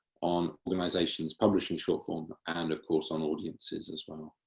on organisations publishing short form, and of course on audiences as well.